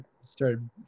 Started